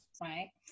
right